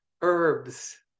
herbs